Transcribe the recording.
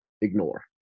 ignore